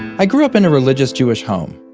i grew up in a religious jewish home,